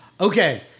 Okay